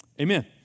Amen